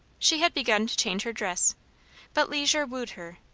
she had begun to change her dress but leisure wooed her,